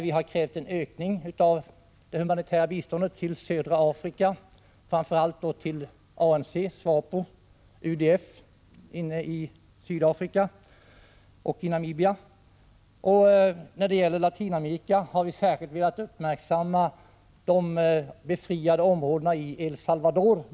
Vi har krävt en ökning av det humanitära biståndet till södra Afrika, framför allt till ANC, SWAPO och UDF inne i Sydafrika och till Namibia. När det gäller Latinamerika har vi särskilt velat uppmärksamma de befriade områdena i El Salvador.